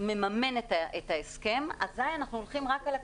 מממן את ההסכם אזי אנחנו הולכים רק על עקיף,